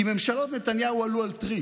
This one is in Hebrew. כי ממשלות נתניהו עלו על טריק: